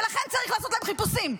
ולכן צריך לעשות להם חיפושים.